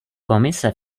komise